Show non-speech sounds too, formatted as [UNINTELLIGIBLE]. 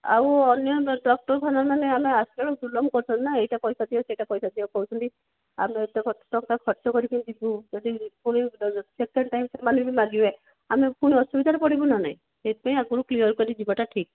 ଆଉ ଅନ୍ୟ ଡାକ୍ତରଖାନା ମାନେ ଆମେ [UNINTELLIGIBLE] କରୁଛନ୍ତି ନା ଏଇଟା ପଇସା ଦିଅ ସେଇଟା ପଇସା ଦିଅ କହୁଛନ୍ତି ଆମେ ଏତେ ଟଙ୍କା ଖର୍ଚ୍ଚ କରିକି ଯିବୁ ସେଠିକି ପୁଣି ସେକେଣ୍ଡ୍ ଟାଇମ୍ ସେମାନେ ବି ମାଗିବେ ଆମେ ପୁଣି ଅସୁବିଧାରେ ପଡ଼ିବୁ ନା ନାହିଁ ସେଇଥିପାଇଁ ଆପଣଙ୍କୁ କ୍ଲିୟର୍ କରିକି ଯିବାଟା ଠିକ୍